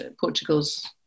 Portugal's